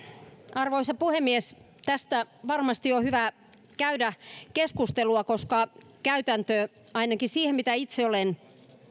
arvoisa puhemies tästä varmasti on hyvä käydä keskustelua koska käytäntö ainakin siihen nähden mitä itse olen